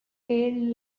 and